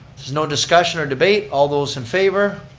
there's no discussion or debate, all those in favor?